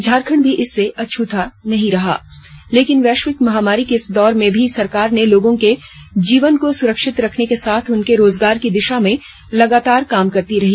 झारखंड भी इससे अछूता नहीं रहा लेकिन वैश्विक महामारी के इस दौर में भी सरकार ने लोगों के जीवन को सुरक्षित रखने के साथ उनके रोजगार की दिशा में लगातार काम करती रही